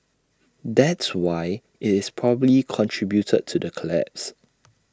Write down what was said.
that's why IT is probably contributed to the collapse